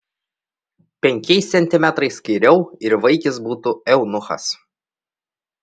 penkiais centimetrais kairiau ir vaikis būtų eunuchas